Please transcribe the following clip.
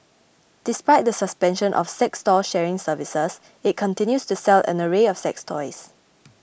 despite the suspension of sex doll sharing services it continues to sell an array of sex toys